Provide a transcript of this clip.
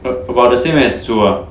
about the same as 煮 ah